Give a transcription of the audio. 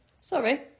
Sorry